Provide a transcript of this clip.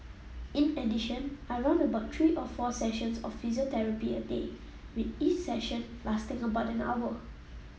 in addition I run about three or four sessions of physiotherapy a day with each session lasting about an hour